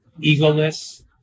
egoless